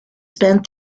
spent